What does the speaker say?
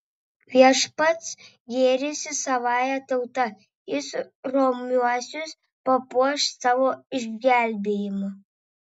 viešpats gėrisi savąja tauta jis romiuosius papuoš savo išgelbėjimu